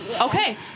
okay